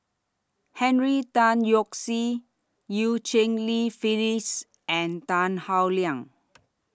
Henry Tan Yoke See EU Cheng Li Phyllis and Tan Howe Liang